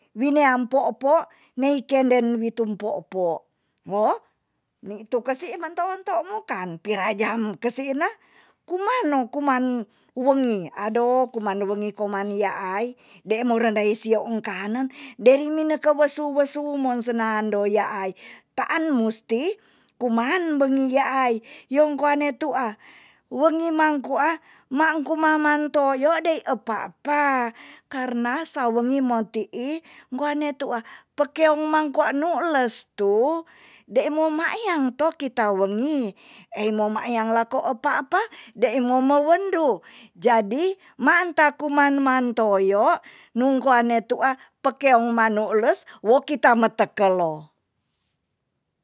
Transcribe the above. Winean mpo mpo nei kenden witum mpo mpo mo nitu kesi mentoon to mokan pi rajan kesina kumano kuman wo ngi ado kuman wengi koman yaai de moran dai sio ung kanen deri mineke wesu wesu mon senando yaai taan musti kuman bengi yaai yong koa ne tua wengi mang kua mang kumaman toyo dei epapa karna sawongi mo tii ngkoa ne tua pekoang mang koa nules tu dei mo mayang to kita wengi eimo mayang lako epapa dei mo mewendu jadi maan ta kuman man toyo nung koa ne tua pekeong ma nules wo kita metekelo.